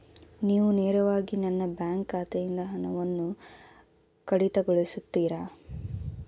ನೀವು ನೇರವಾಗಿ ನನ್ನ ಬ್ಯಾಂಕ್ ಖಾತೆಯಿಂದ ಹಣವನ್ನು ಕಡಿತಗೊಳಿಸುತ್ತೀರಾ?